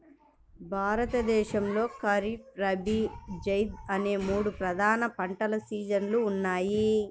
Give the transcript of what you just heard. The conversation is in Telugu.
భారతదేశంలో ఖరీఫ్, రబీ, జైద్ అనే మూడు ప్రధాన పంటల సీజన్లు ఉన్నాయి